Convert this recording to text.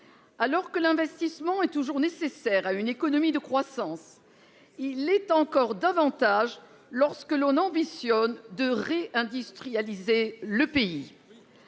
Alors que l'investissement est toujours nécessaire à une économie en croissance, il l'est encore davantage lorsque l'on a pour ambition de réindustrialiser le pays.